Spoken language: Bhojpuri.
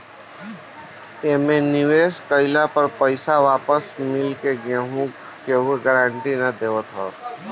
एमे निवेश कइला पे पईसा वापस मिलला के केहू गारंटी ना देवत हअ